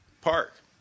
park